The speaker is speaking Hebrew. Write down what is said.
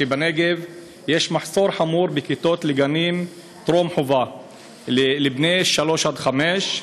שבנגב יש מחסור חמור בכיתות לגני טרום-חובה לבני שלוש עד חמש.